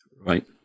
right